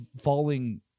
falling